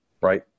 right